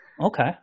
Okay